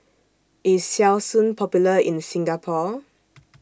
IS Selsun Popular in Singapore